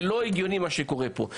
זה לא הגיוני מה שקורה פה.